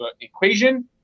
equation